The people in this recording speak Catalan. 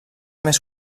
més